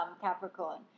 capricorn